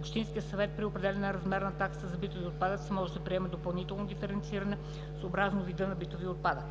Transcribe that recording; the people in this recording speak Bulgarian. общинският съвет при определяне размера на таксата за битови отпадъци може да приема допълнително диференциране съобразно вида на битовия отпадък.